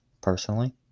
personally